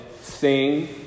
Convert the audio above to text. sing